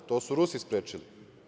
To su Rusi sprečili.